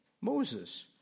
Moses